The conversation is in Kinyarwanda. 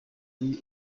ari